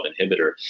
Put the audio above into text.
inhibitor